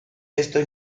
estos